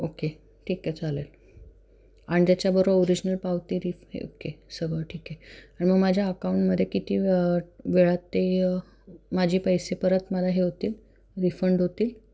okay ठीक आहे चालेल आणि त्याच्याबरो ओरिजिनल पावती रिफ हे ओके सगळं ठीक आहे आणि मग माझ्या अकाऊंटमध्ये किती व्य वेळात ते माझे पैसे परत मला हे होतील रिफंड होतील